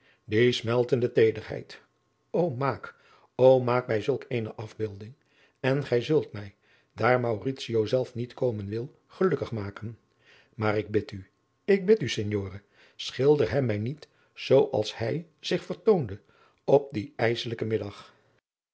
die smeltende teederheid o maak maak mij zulk eene afbeelding en gij zult mij daar mauritio zelf niet komen wil gelukkig maken maar ik bid u ik bid u signore schilder hem mij miet zoo als hij zich vertoonde op dien ijsselijken